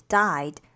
died